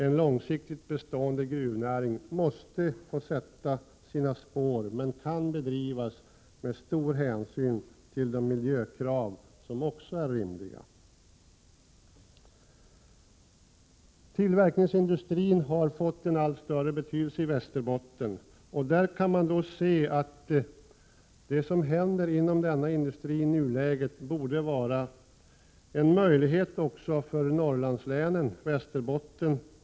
En långsiktigt bestående gruvnäring måste få sätta sina spår, men den kan bedrivas med stor hänsyn till rimliga miljökrav. Tillverkningsindustrin har fått en allt större betydelse i Västerbotten. Det som händer inom denna industri i nuläget borde innebära en möjlighet också för fler av Norrlandslänen än Västerbotten.